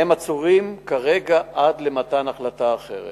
והם עצורים כרגע עד למתן החלטה אחרת.